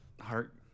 heart